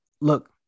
look